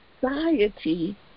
society